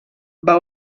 van